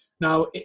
Now